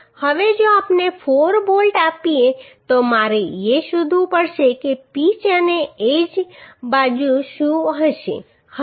હવે જો આપણે 4 બોલ્ટ આપીએ તો મારે એ શોધવું પડશે કે પીચ અને એજ જમણી બાજુ શું હશે